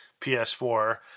ps4